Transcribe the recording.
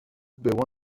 było